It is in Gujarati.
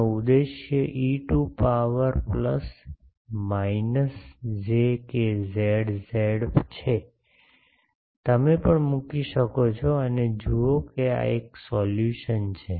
આનો ઉદ્દેશ e to power plus minus જે કેઝેડ ઝેડ છે તમે પણ મૂકી શકો છો અને જુઓ કે આ એક સોલ્યુશન છે